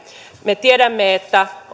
me tiedämme että